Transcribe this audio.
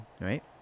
right